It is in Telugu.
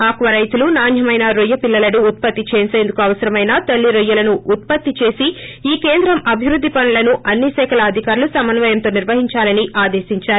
ఆకార రైతులు నాన్నమైన రొయ్య పిల్లలను ఉత్పత్తి చేసేందుకు అవసరమైన తల్లి రొయ్యలను ఉత్పత్తి చేసి ఈ కేంద్రం అభివృద్ది పనులను అన్ని శాఖల అధికారులు సమన్నయముతో నిర్వహించాలని ఆదేశించారు